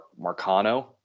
Marcano